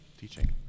teaching